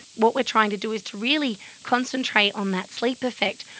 what we're trying to do is to really concentrate on that sleep effect.